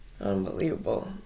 Unbelievable